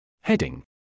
Heading